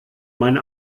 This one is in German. mein